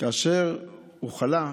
כאשר הוא חלה,